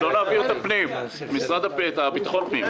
האיחוד הלאומי): אז לא נעביר את הבקשה של המשרד לביטחון פנים.